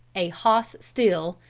a hoss steal,